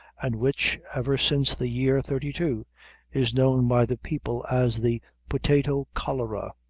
and which, ever since the year thirty two is known by the people as the potato cholera.